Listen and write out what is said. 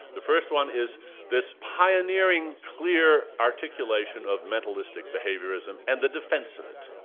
the first one is this pioneering clear articulation of mentalistic behaviourism and the defence of it.